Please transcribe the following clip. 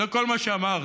זה כל מה שאמרתי.